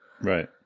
Right